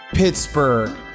Pittsburgh